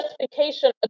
justification